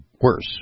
worse